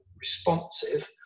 responsive